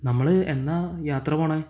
നമ്മൾ എന്നാണ് യാത്ര പോവുന്നത്